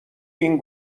این